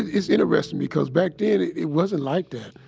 it's interesting because, back then, it wasn't like that.